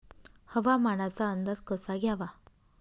हवामानाचा अंदाज कसा घ्यावा?